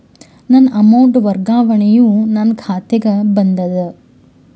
ನನ್ನ ಅಮೌಂಟ್ ವರ್ಗಾವಣೆಯು ನನ್ನ ಖಾತೆಗೆ ಬಂದದ